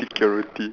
security